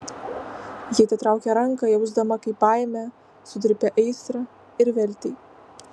ji atitraukė ranką jausdama kaip baimė sutrypia aistrą ir viltį